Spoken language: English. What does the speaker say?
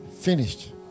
finished